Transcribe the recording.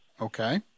Okay